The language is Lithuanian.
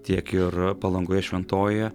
tiek ir palangoje šventojoje